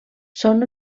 són